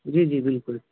جی جی بالکل